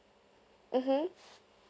mmhmm